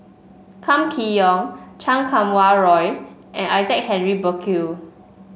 Kam Kee Yong Chan Kum Wah Roy and Isaac Henry Burkill